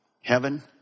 Heaven